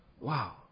wow